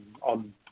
on